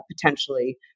potentially